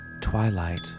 Twilight